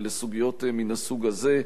ולסוגיות מן הסוג הזה,